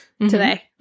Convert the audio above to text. today